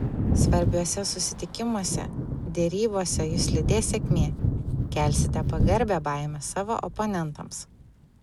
svarbiuose susitikimuose derybose jus lydės sėkmė kelsite pagarbią baimę savo oponentams